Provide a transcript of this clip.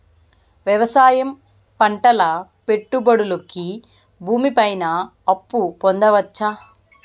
వ్యవసాయం పంటల పెట్టుబడులు కి భూమి పైన అప్పు పొందొచ్చా?